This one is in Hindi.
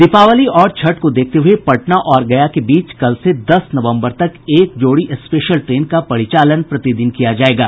दीपावली और छठ को देखते हुये पटना और गया के बीच कल से दस नवंबर तक एक जोड़ी स्पेशल ट्रेन का परिचालन प्रति दिन किया जायेगा